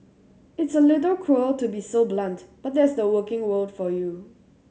it's a little cruel to be so blunt but that's the working world for you